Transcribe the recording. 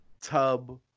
tub